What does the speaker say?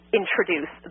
introduce